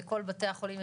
לכל בתי החולים,